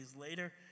later